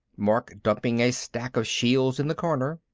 mark dumping a stack of shields in the corner,